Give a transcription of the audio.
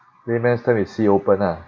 layman's term is see open ah